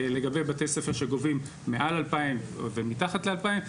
לגבי בתי ספר שגובים מעל 2,000 ומתחת ל-2,000.